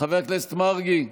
חבר הכנסת מרגי,